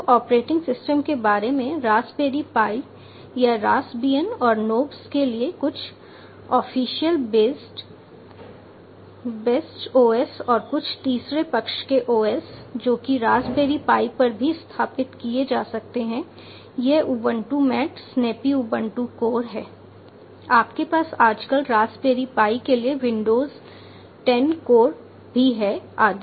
तो operating system के बारे में रास्पबेरी पाई या रास्पबियन और नोब्स के लिए कुछ ऑफिशियल बेस्ट OS और कुछ तीसरे पक्ष के OS ओएस जो कि रास्पबेरी पाई पर भी स्थापित किए जा सकते हैं वह Ubuntu MATE Snappy Ubuntu Core हैं आपके पास आजकल रास्पबेरी पाई के लिए विंडोज 10 कोर भी हैं आदि